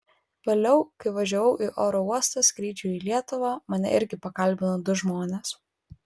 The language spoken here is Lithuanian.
vėliau kai važiavau į oro uostą skrydžiui į lietuvą mane irgi pakalbino du žmonės